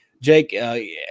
Jake